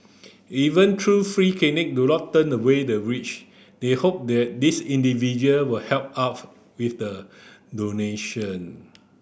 even free clinics do not turn away the rich they hope that these individual would help out with the donation